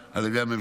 על ידי הממשלה.